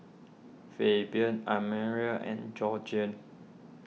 Fabian Admiral and Georgene